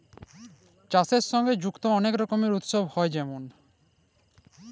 চাষের সাথে যুক্ত অলেক রকমের উৎসব হ্যয়ে যেমল